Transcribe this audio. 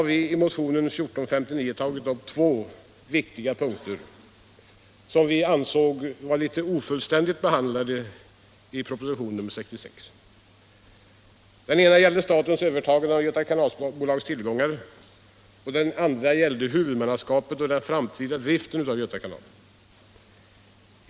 två viktiga punkter, som vi anser har fått en ofullständig behandling. Den ena gäller statens övertagande av Göta kanalbolags tillgångar och den andra huvudmannaskapet och den framtida driften av Göta kanal.